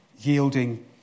yielding